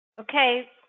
Okay